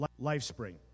Lifespring